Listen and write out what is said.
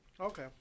okay